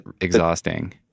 exhausting